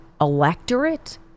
electorate